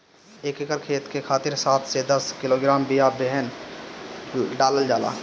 एक एकर खेत के खातिर सात से दस किलोग्राम बिया बेहन डालल जाला?